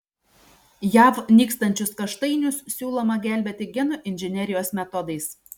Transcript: jav nykstančius kaštainius siūloma gelbėti genų inžinerijos metodais